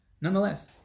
Nonetheless